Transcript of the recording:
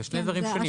אלה שני דברים שונים.